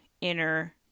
inner